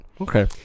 Okay